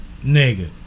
nigga